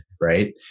right